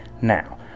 Now